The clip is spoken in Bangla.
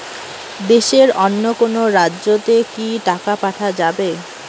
দেশের অন্য কোনো রাজ্য তে কি টাকা পাঠা যাবে?